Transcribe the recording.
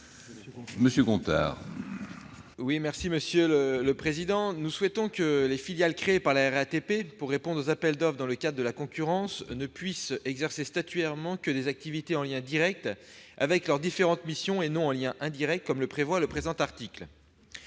parole est à M. Guillaume Gontard. Nous souhaitons que les filiales créées par la RATP pour répondre aux appels d'offres dans le cadre de la concurrence ne puissent exercer statutairement que des activités en lien direct avec leurs différentes missions, et non en lien indirect, comme le prévoit le présent article.